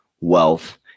wealth